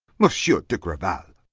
monsieur de grival!